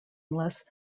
less